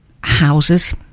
houses